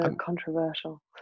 Controversial